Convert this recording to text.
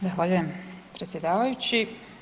Zahvaljujem predsjedavajući.